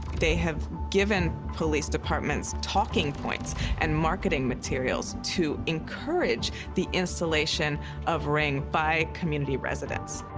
they have given police departments talking points and marketing materials to encourage the installation of ring by community residents.